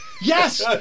Yes